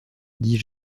dis